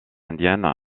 indienne